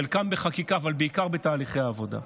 חלקם בחקיקה, אבל בעיקר בתהליכי העבודה,